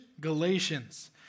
Galatians